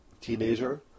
teenager